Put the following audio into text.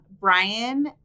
Brian